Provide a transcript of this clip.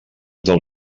del